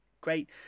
great